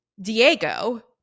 Diego